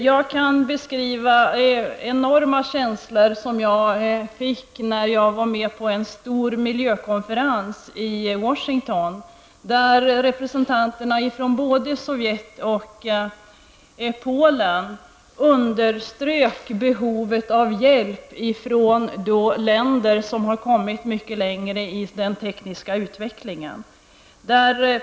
Jag kan beskriva de enorma känslor jag upplevde när jag var med på en stor miljökonferens i Sovjetunionen och Polen underströk behovet av hjälp från länder som har kommit längre i den tekniska utvecklingen.